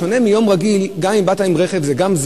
בשונה מיום רגיל, גם אם באת עם רכב זה זמן,